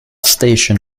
station